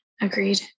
agreed